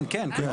כן, כן.